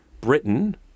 Britain